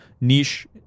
niche